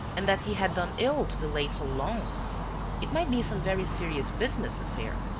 and that he had done ill to delay so long it might be some very serious business affair.